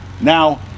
Now